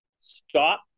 Stop